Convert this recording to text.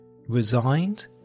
resigned